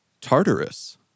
tartarus